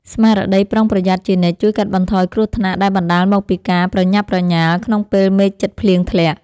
ស្មារតីប្រុងប្រយ័ត្នជានិច្ចជួយកាត់បន្ថយគ្រោះថ្នាក់ដែលបណ្ដាលមកពីការប្រញាប់ប្រញាល់ក្នុងពេលមេឃជិតភ្លៀងធ្លាក់។